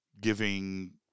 giving